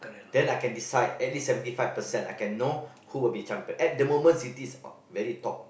then I can decide at least seventy five percent I can know who will be champion at the moment City is on very top